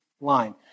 line